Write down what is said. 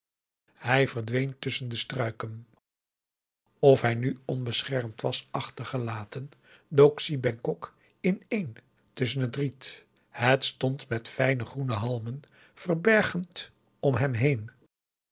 hij verdween tusschen de struiken of hij nu onbeschermd was achtergelaten dook si bengkok inéen tusschen het riet het stond met fijne augusta de wit orpheus in de dessa groene halmen verbergend om hem heen